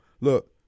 look